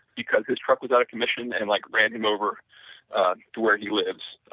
because the truck was our commission and like ran him over to where he lives.